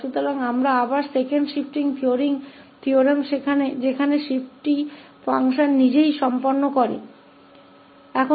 इसलिए हमारे पास यह दूसरा शिफ्टिंग प्रमेय है जहां फ़ंक्शन में ही शिफ्ट किया जाता है